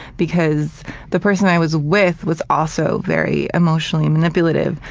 because the person i was with was also very emotionally manipulative,